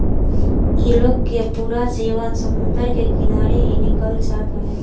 इ लोग के पूरा जीवन समुंदर के किनारे ही निकल जात हवे